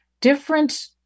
different